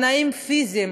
תנאים פיזיים,